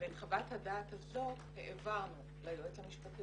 ואת חוות הדעת הזאת העברנו ליועץ המשפטי